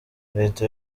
leta